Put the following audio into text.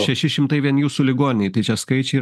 šeši šimtai vien jūsų ligoninėj tai čia skaičiai